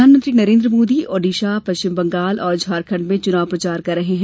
प्रधानमंत्री नरेन्द्र मोदी ओडिशा पश्चिम बंगाल और झारखंड में चुनाव प्रचार कर रहे हैं